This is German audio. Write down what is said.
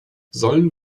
sollen